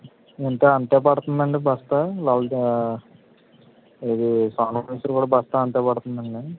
ఎంత అంతే పడుతుందండి బస్తా లలిత ఇది సోనా మసూరి కూడా బస్తా అంతే పడుతుందండి